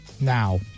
now